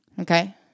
Okay